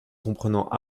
comprenant